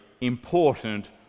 important